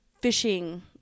fishing